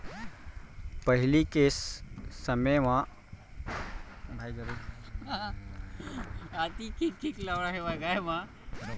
पहिली के समे म सब अपन घर के बाड़ी बखरी म ही सब्जी भाजी लगात रहिन